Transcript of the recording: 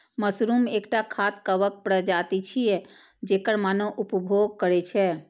mushroom एकटा खाद्य कवक प्रजाति छियै, जेकर मानव उपभोग करै छै